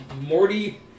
Morty